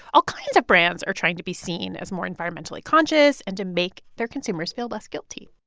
all kinds of brands are trying to be seen as more environmentally conscious and to make their consumers feel less guilty.